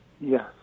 Yes